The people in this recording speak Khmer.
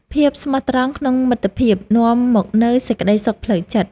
ភាពស្មោះត្រង់ក្នុងមិត្តភាព នាំមកនូវសេចក្តីសុខផ្លូវចិត្ត។